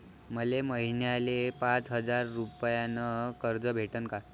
मले महिन्याले पाच हजार रुपयानं कर्ज भेटन का?